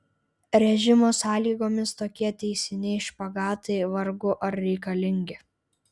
režimo sąlygomis tokie teisiniai špagatai vargu ar reikalingi